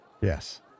Yes